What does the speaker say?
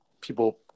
people